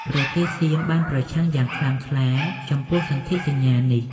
ប្រទេសសៀមបានប្រឆាំងយ៉ាងខ្លាំងក្លាចំពោះសន្ធិសញ្ញានេះ។